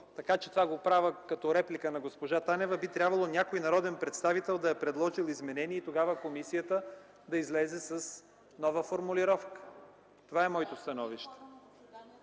Това го правя като реплика на госпожа Танева. Би трябвало някой народен представител да е предложил изменение и тогава комисията да излезе с нова формулировка. Това е моето становище.